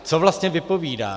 Co vlastně vypovídá?